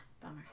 bummer